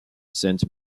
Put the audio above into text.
saint